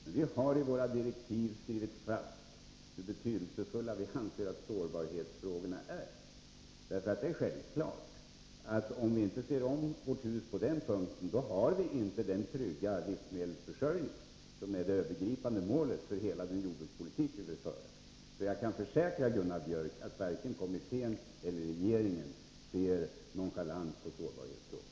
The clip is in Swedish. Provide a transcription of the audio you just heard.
Men vi har i våra direktiv skrivit in hur betydelsefulla vi anser att sårbarhetsfrågorna är. Om vi inte ser om vårt hus på den punkten, är det självklart att vi inte har den trygga livsmedelsförsörjning som är det övergripande målet för hela den jordbrukspolitik vi vill föra. Jag kan försäkra Gunnar Björk att varken kommittén eller regeringen ser nonchalant på sårbarhetsfrågorna.